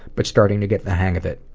but starting to get the hang of it.